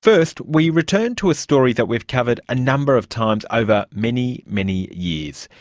first, we return to a story that we've covered a number of times over many, many years.